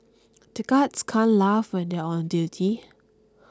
the guards can't laugh when they are on duty